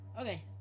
Okay